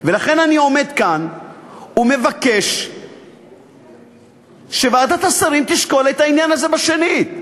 ולכן אני עומד כאן ומבקש שוועדת השרים תשקול את העניין הזה שנית.